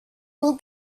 will